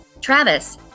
Travis